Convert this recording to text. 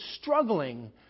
struggling